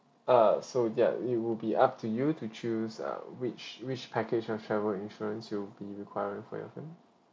uh so ya it will be up to you to choose uh which which package of travel insurance will be required for your